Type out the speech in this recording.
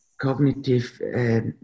cognitive